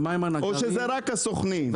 או שזה רק הסוכנים?